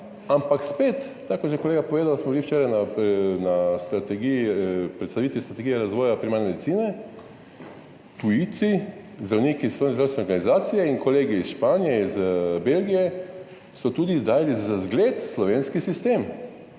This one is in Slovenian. ampak spet, tako kot je že kolega povedal, smo bili včeraj na predstavitvi strategije razvoja primarne medicine. Tujci, zdravniki iz Svetovne zdravstvene organizacije in kolegi iz Španije, Belgije, so tudi dali za zgled slovenski sistem.